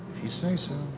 you say so.